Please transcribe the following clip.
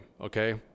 Okay